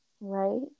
right